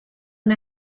and